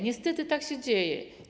Niestety tak się dzieje.